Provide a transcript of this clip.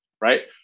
right